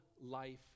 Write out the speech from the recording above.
life